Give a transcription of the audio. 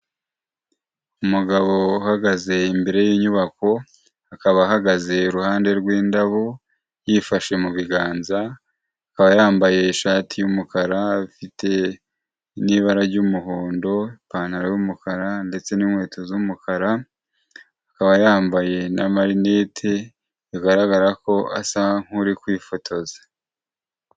Umugabo uhagaze imbere y'inyubako akaba ahagaze iruhande rw'indabo yifashe mu biganza, akaba yambaye ishati y'umukara ifite n'ibara ry'umuhondo, ipantaro y'umukara ndetse n'inkweto z'umukara, akaba yambaye n'amarinete bigaragara ko asa nk'uri kwifotoza.